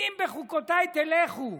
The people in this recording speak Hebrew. "אם בחקתי תלכו",